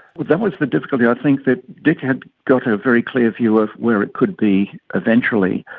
but that was the difficulty. i think that dick had got a very clear view of where it could be eventually.